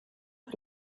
per